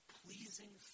pleasing